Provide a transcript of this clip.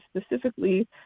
specifically